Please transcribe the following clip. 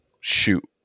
shoot